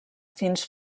fins